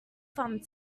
thumb